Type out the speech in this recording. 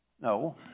no